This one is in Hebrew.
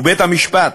ובית-המשפט,